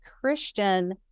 Christian